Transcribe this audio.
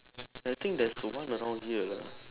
I think there's one around here lah